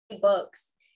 books